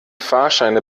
fahrscheine